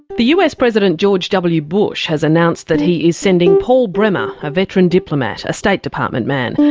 the us president george w bush has announced that he is sending paul bremer, a veteran diplomat, a state department man,